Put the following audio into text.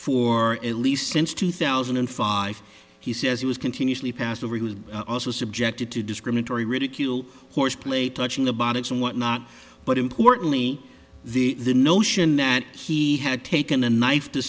for at least since two thousand and five he says he was continually passed over he was also subjected to discriminatory ridicule horseplay touching the bottom and whatnot but importantly the notion that he had taken a knife to